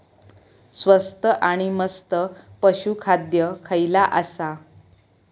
स्वस्त आणि मस्त पशू खाद्य खयला आसा?